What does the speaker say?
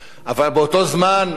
אבל באותו זמן אנחנו